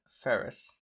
Ferris